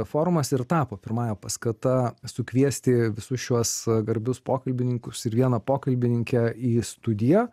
forumas ir tapo pirmąja paskata sukviesti visus šiuos garbius pokalbininkus ir vieną pokalbininkę į studiją